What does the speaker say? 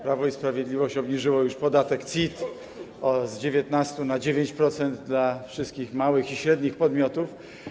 Prawo i Sprawiedliwość obniżyło już podatek CIT z 19% na 9% dla wszystkich małych i średnich podmiotów.